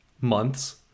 months